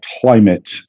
climate